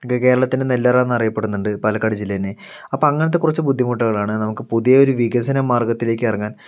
K കേരളത്തിൻ്റെ നെല്ലറ എന്നറിയപ്പെടുന്നുണ്ട് പാലക്കാട് ജില്ലേനെ അപ്പോൾ അങ്ങനത്തെ കുറച്ച് ബുദ്ധിമുട്ടുകളാണ് നമുക്ക് പുതിയൊരു വികസന മാർഗ്ഗത്തിലേക്കിറങ്ങാൻ